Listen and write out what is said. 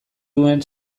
duen